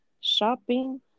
shopping